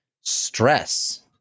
stress